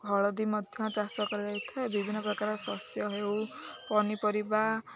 ହଳଦୀ ମଧ୍ୟ ଚାଷ କରାଯାଇଥାଏ ବିଭିନ୍ନ ପ୍ରକାର ଶସ୍ୟ ହେଉ ପନିପରିବା